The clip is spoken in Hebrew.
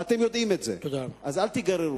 ואתם יודעים את זה, אז אל תיגררו.